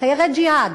תיירי ג'יהאד.